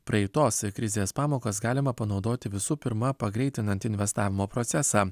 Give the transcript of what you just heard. praeitos krizės pamokas galima panaudoti visų pirma pagreitinant investavimo procesą